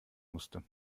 musste